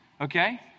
okay